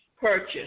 purchase